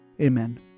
Amen